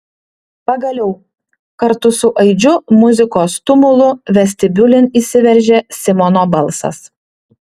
pagaliau kartu su aidžiu muzikos tumulu vestibiulin įsiveržė simono balsas